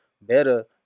better